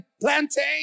plantain